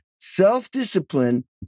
self-discipline